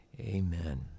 amen